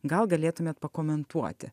gal galėtumėt pakomentuoti